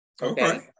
okay